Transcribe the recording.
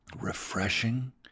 refreshing